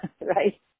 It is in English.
right